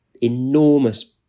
enormous